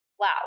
Wow